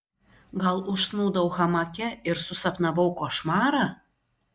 gal užsnūdau hamake ir susapnavau košmarą